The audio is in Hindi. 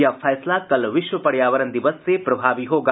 यह फैसला कल विश्व पर्यावरण दिवस से प्रभावी होगा